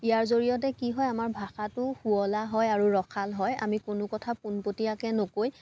ইয়াৰ জৰিয়তে কি হয় আমাৰ ভাষাটো শুৱলা হয় আৰু ৰসাল হয় আমি কোনো কথা পোনপটীয়াকে নকৈ